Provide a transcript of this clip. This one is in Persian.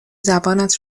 زبانت